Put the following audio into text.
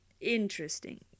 interesting